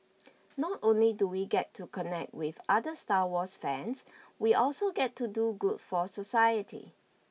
not only do we get to connect with other Star Wars fans we also get to do good for society